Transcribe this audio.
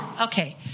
Okay